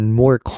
more